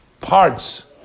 parts